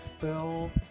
Phil